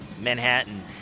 Manhattan